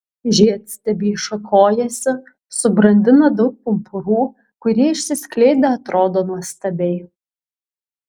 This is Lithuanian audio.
žiedstiebiai šakojasi subrandina daug pumpurų kurie išsiskleidę atrodo nuostabiai